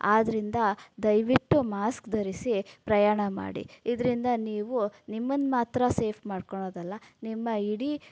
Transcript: ಆದ್ದರಿಂದ ದಯವಿಟ್ಟು ಮಾಸ್ಕ್ ಧರಿಸಿ ಪ್ರಯಾಣ ಮಾಡಿ ಇದರಿಂದ ನೀವು ನಿಮ್ಮನ್ನು ಮಾತ್ರ ಸೇಫ್ ಮಾಡ್ಕೊಳೋದಲ್ಲ ನಿಮ್ಮ ಇಡೀ